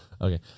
Okay